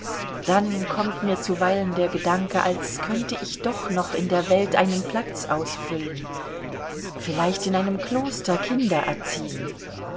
dann kommt mir zuweilen der gedanke als könnte ich doch noch in der welt einen platz ausfüllen vielleicht in einem kloster kinder erziehen